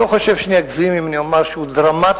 אני לא חושב שאני אגזים אם אומר שהוא דרמטי